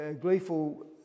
gleeful